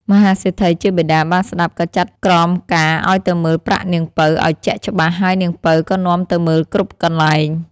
មហាសេដ្ឋីជាបិតាបានស្ដាប់ ក៏ចាត់ក្រមការឲ្យទៅមើលប្រាក់នាងពៅឲ្យជាក់ច្បាស់ ហើយនាងពៅក៏នាំទៅមើលគ្រប់កន្លែង ។